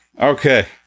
Okay